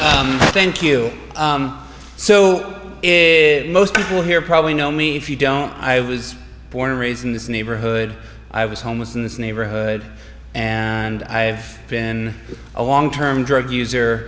well thank you so most people here probably know me if you don't i was born and raised in this neighborhood i was homeless in this neighborhood and i have been a long term drug user